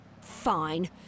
Fine